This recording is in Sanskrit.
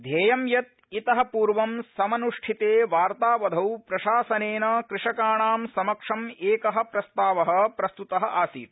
ध्येयं यतु इत पूर्वं समनुष्ठिते वार्तावधौ प्रशासनेन कृषकाणां समक्षं एक प्रस्ताव प्रस्तृत आसीत्